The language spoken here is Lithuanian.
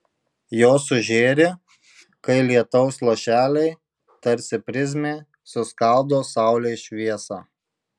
jos sužėri kai lietaus lašeliai tarsi prizmė suskaldo saulės šviesą